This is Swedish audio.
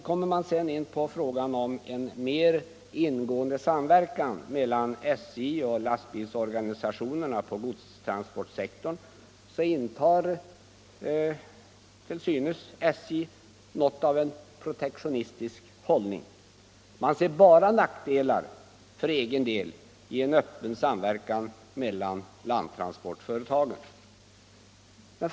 Kommer man sedan in på frågan om en mer ingående samverkan mellan SJ och lastbilsorganisationerna på godstransportsektorn så intar till synes SJ något av en protektionistisk hållning. Man ser bara nackdelar för egen del i en öppen samverkan mellan landtransportföretagen.